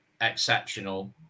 exceptional